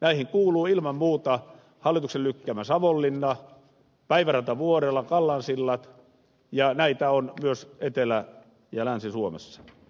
näihin kuuluu ilman muuta hallituksen lykkäämä savonlinna päivärantavuorela kallansillat ja näitä on myös etelä ja länsi suomessa